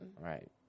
Right